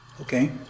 Okay